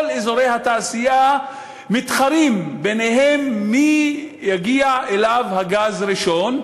כל אזורי התעשייה מתחרים ביניהם אל מי יגיע הגז ראשון.